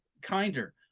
kinder